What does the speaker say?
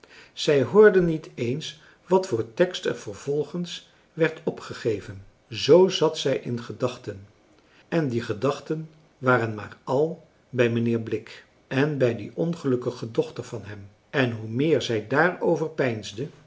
zij hoorde niet eens wat voor tekst er vervolgens werd opgegeven z zat zij in gedachten en die gedachten waren maar al bij mijnheer blik en bij die ongelukkige dochter van hem en hoe meer zij daarover peinsde